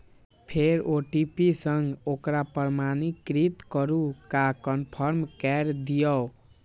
फेर ओ.टी.पी सं ओकरा प्रमाणीकृत करू आ कंफर्म कैर दियौ